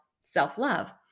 self-love